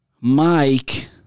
Mike